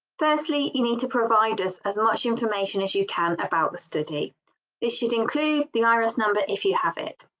firstly you need to provide us as much information as you can about the study it should include the iras number if you have it.